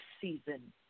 season